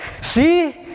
see